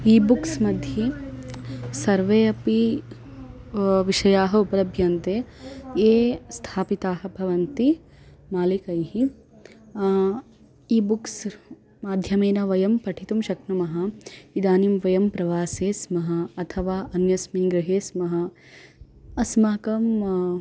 E books मध्ये सर्वे अपि विषयाः उपलभ्यन्ते ये स्थापिताः भवन्ति मालिकैः ई बुक्स् माध्यमेन वयं पठितुं शक्नुमः इदानीं वयं प्रवासे स्मः अथवा अन्यस्मिन् गृहे स्मः अस्माकं